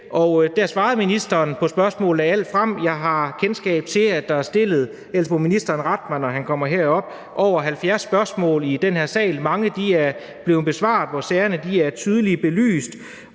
SF. Der svarede ministeren på spørgsmål og lagde alt frem. Jeg har kendskab til, at der er stillet – ellers må ministeren rette mig, når han kommer herop – over 70 spørgsmål i den her sal, og mange er blevet besvaret, og sagerne er tydeligt belyst.